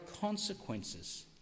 consequences